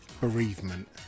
bereavement